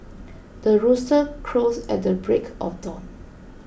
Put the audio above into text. the rooster crows at the break of dawn